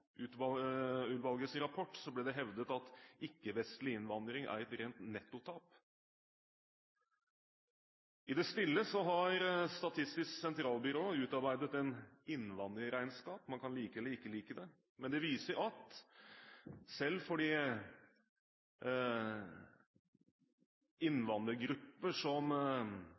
rapport ble det hevdet at ikke-vestlig innvandring er et rent nettotap. I det stille har Statistisk sentralbyrå utarbeidet et innvandrerregnskap. Man kan like det, eller ikke like det, men det viser at selv for de innvandrergrupper som